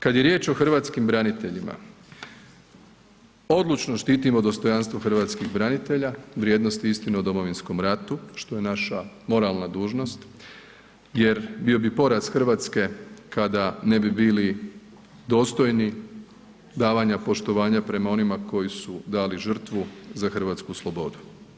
Kad je riječ o hrvatskim braniteljima odlučno štitimo dostojanstvo hrvatskih branitelja, vrijednosti i istine o Domovinskom ratu što je naša moralna dužnost jer bio bi poraz Hrvatske kada ne bi bili dostojni davanja poštovanja prema onima koji su dali žrtvu za hrvatsku slobodu.